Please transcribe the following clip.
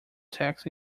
text